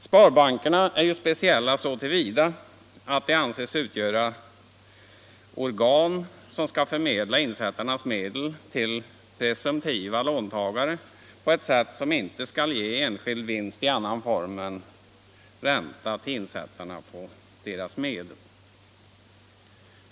Sparbankerna är speciella så till vida att de anses utgöra organ som skall förmedla insättarnas medel till presumtiva låntagare på ett sätt som inte skall ge enskild vinst i annan form än ränta till insättarna på deras medel.